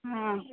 ಹ್ಞೂ